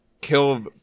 kill